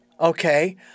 okay